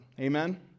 Amen